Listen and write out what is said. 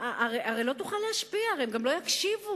הרי לא תוכל להשפיע, הם גם לא ישפיעו.